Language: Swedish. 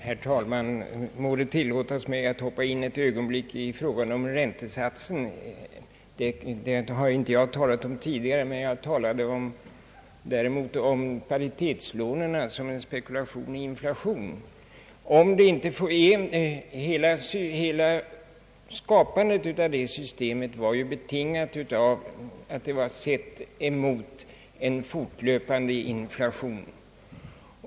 Herr talman! Må det tillåtas mig att ett ögonblick beröra frågan om räntesatsen. Den har jag inte talat om tidigare, men jag talade däremot om paritetslånen som en spekulation i inflation. Hela skapandet av det systemet var betingat av att det sågs mot en fortlöpande inflation.